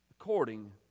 according